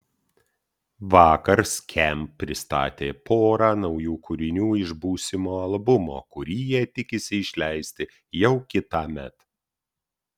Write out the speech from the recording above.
vakar skamp pristatė porą naujų kūrinių iš būsimo albumo kurį jie tikisi išleisti jau kitąmet